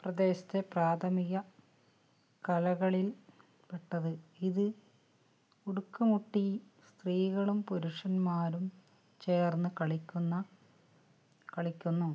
പ്രദേശത്തെ പ്രാഥമിക കലകളിൽ പെട്ടത് ഇത് ഉടുക്കു മുട്ടി സ്ത്രീകളും പുരുഷന്മാരും ചേർന്ന് കളിക്കുന്ന കളിക്കുന്നു